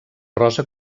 rosa